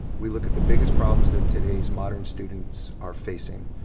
we look at the biggest problems that today's modern students are facing,